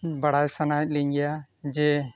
ᱵᱟᱲᱟᱭ ᱥᱟᱱᱟᱭᱮᱫ ᱞᱤᱧ ᱜᱮᱭᱟ ᱡᱮ